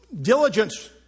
Diligence